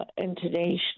international